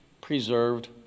preserved